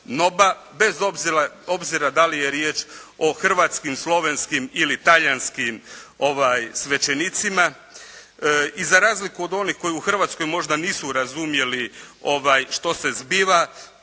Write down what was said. bez obzira da li je riječ o hrvatskim, slovenskim ili talijanskim svećenicima i za razliku od onih koji u Hrvatskoj možda nisu razumjeli što se zbiva